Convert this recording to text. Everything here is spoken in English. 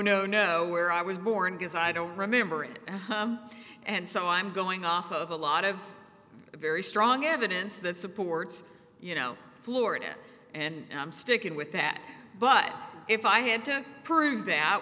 know where i was born because i don't remember it and so i'm going off of a lot of very strong evidence that supports you know florida and i'm sticking with that but if i had to prove that